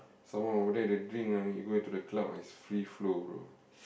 some more over there they drink ah you go to the club it's free flow bro